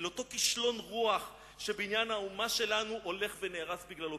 אל אותו כישלון-רוח שבניין האומה שלנו הולך ונהרס בגללו.